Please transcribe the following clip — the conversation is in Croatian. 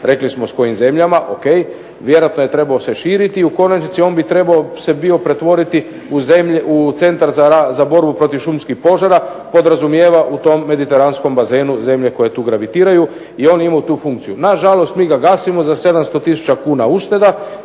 rekli smo s kojim zemljama ok. Vjerojatno je trebao se širiti i u konačnici on bi trebao se bio pretvoriti u Centar za borbu protiv šumskih požara. Podrazumijeva u tom mediteranskom bazenu zemlje koje tu gravitiraju i on je imao tu funkciju. Nažalost mi ga gasimo za 700 tisuća kuna ušteda